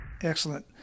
Excellent